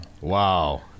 wow